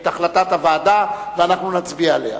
החלטת הוועדה, ואנחנו נצביע עליה.